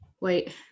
wait